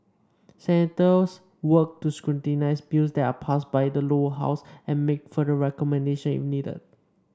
senators work to scrutinise bills that are passed by the Lower House and make further recommendation if needed